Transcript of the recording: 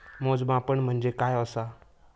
मोजमाप म्हणजे काय असा?